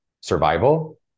survival